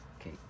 Okay